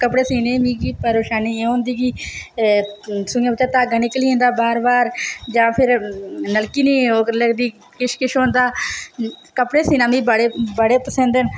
कपड़े सीने गी मिगी परेशानी एह् होंदी कि सूई बिच्चा धागा निकली जंदा बार बार जां फिर नलकी नेईं लगदी किश किश होंदा कपड़े सीना मी बड़े पसंद ना